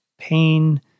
Pain